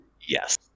Yes